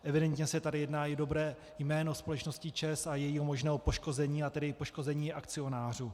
Evidentně se tady jedná i o dobré jméno společnosti ČEZ a jejího možné poškození, a tedy poškození akcionářů.